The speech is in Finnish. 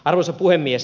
arvoisa puhemies